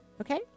Okay